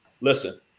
listen